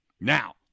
Now